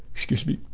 excuse me.